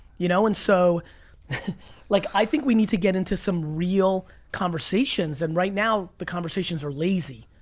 you know? and so like i think we need to get into some real conversations. and right now the conversations are lazy.